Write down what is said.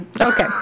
Okay